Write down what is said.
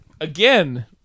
Again